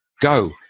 go